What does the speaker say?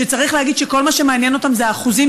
וצריך להגיד שכל מה שמעניין אותם זה האחוזים